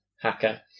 Hacker